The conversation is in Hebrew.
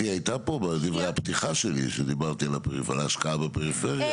גברתי הייתה פה בדברי הפתיחה שלי כשדיברתי על השקעה בפריפריה.